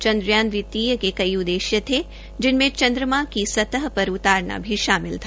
चन्द्रयान द्वितीय के कई उददेश्य थे जिनमें चन्द्रमा की सतह पर उतरना भी शामिल था